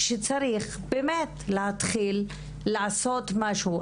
וצריך באמת להתחיל לעשות משהו.